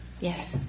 Yes